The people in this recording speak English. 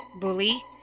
bully